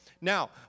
Now